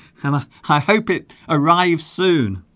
and i hope it arrives soon